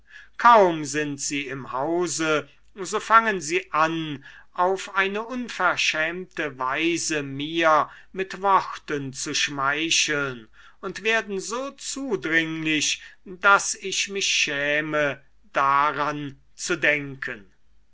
kaum sind sie im hause so fangen sie an auf eine unverschämte weise mir mit worten zu schmeicheln und werden so zudringlich daß ich mich schäme daran zu denken